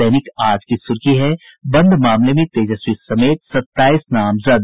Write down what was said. दैनिक आज की सुर्खी है बंद मामले में तेजस्वी समेत सत्ताईस नामजद